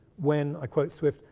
when, i quote swift,